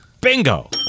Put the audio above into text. Bingo